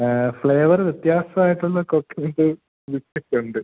flavour വ്യത്യാസം ആയിട്ടുള്ള coconut biscuit ഉണ്ട്